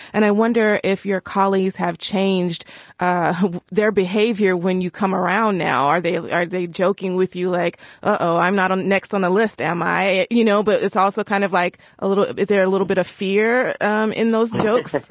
and i wonder if your colleagues have changed their behavior when you come around now are they are they joking with you like oh i'm not on next on the list am i. you know but it's also kind of like a little is there a little bit of fear um in those jokes